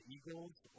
Eagles